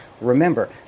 remember